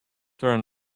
turned